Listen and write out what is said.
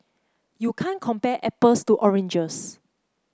you can't compare apples to oranges